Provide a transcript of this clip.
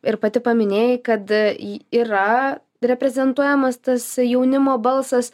ir pati paminėjai kad yra reprezentuojamas tas jaunimo balsas